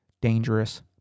dangerous